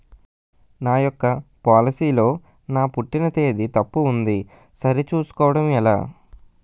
నా యెక్క పోలసీ లో నా పుట్టిన తేదీ తప్పు ఉంది సరి చేసుకోవడం ఎలా?